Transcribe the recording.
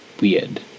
weird